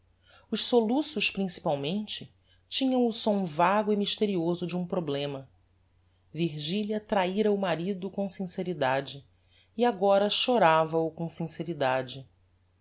os soluços principalmente tinham o som vago e mysterioso de um problema virgilia trahira o marido com sinceridade e agora chorava o com sinceridade